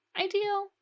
ideal